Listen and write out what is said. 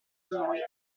noi